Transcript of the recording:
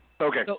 Okay